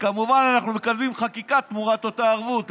כמובן אנחנו מקדמים חקיקה תמורת אותה ערבות.